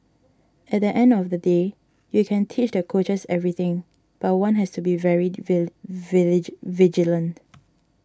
at the end of the day you can teach the coaches everything but one has to be very village vigilant